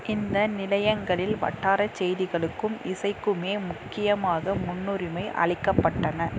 இந்த நிலையங்களில் வட்டாரச் செய்திகளுக்கும் இசைக்குமே முக்கியமாக முன்னுரிமை அளிக்கப்பட்டன